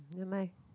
nevermind